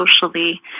socially